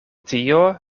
tio